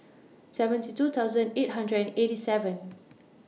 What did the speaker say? seventy two thousand eight hundred and eighty seven